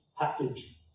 package